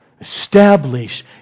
Establish